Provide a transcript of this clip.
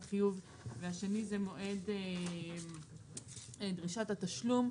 חיוב והשני זה מועד דרישת התשלום,